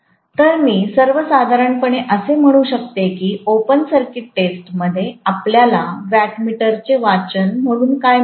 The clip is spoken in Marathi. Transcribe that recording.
तर मी सर्वसाधारणपणे असे म्हणू शकते की ओपन सर्किट टेस्टमध्ये आपल्याला वॅट मीटर चे वाचन म्हणून काय मिळते